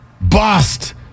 Bust